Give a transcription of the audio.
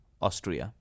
Austria